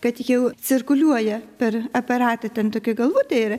kad jau cirkuliuoja per aparatą ten tokia galvutė yra